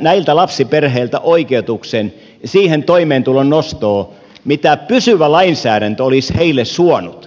näiltä lapsiperheiltä oikeutuksen siihen toimeentulon nostoon mitä pysyvä lainsäädäntö olisi heille suonut